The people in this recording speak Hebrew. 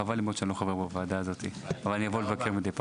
חבל לי מאוד שאני לא חבר בוועדה הזאת אבל אני אבוא לבקר מידי פעם.